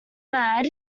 mad